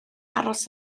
aros